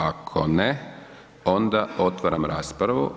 Ako ne, onda otvaram raspravu.